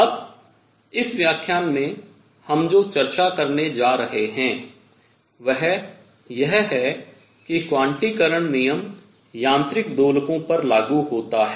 अब इस व्याख्यान में हम जो चर्चा करने जा रहे हैं वह यह है कि क्वांटीकरण नियम यांत्रिक दोलकों पर लागू होता है